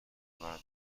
بردارم